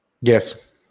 Yes